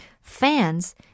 fans